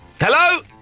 Hello